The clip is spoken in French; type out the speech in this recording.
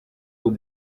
aux